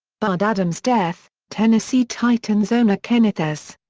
bud adams' death tennessee titans owner kenneth s.